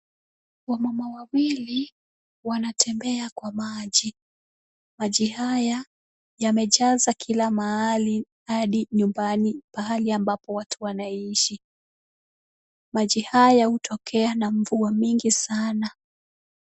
Wamama wawili wanatembea kwa maji. Maji haya yamejaza kila mahali hadi nyumbani pahali ambapo watu wanaishi. Maji haya hutokea na mvua mingi sana.